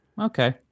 Okay